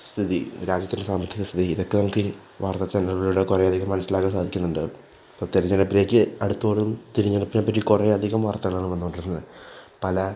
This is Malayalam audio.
സ്ഥിതി രാജ്യത്തിലെ സാമ്പത്തിക സ്ഥിതി ഇതൊക്കെ നമക്ക് വാർത്താ ചാനലുകളിലൂടെ കുറേ അധികം മനസ്സിലാക്കാൻ സാധിക്കുന്നുണ്ട് തെരഞ്ഞെടുപ്പിലേക്ക് അടുക്കുംതോറും തെരഞ്ഞെടുപ്പിനെ പറ്റി കുറേ അധികം വാർത്തകളാണ് വന്ന് കൊണ്ടിരുന്നത് പല